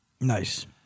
Nice